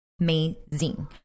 amazing